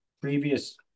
previous